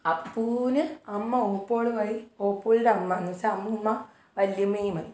അപ്പൂന് അമ്മ ഓപ്പോളുവായി ഓപ്പോൾടെ അമ്മ എന്നുവെച്ച അമ്മൂമ്മ വല്യമ്മയുമായി